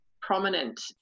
prominent